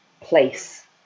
place